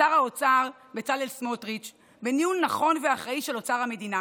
לשר האוצר בצלאל סמוטריץ' בניהול נכון ואחראי של אוצר המדינה